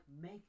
make